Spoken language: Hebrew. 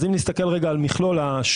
אז אם נסתכל רגע על מכלול השוק,